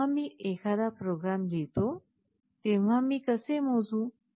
जेव्हा मी एखादा प्रोग्राम लिहितो तेव्हा मी कसे मोजू